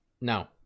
no